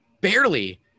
Barely